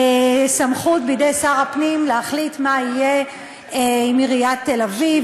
סמכות בידי שר הפנים להחליט מה יהיה עם עיריית תל-אביב,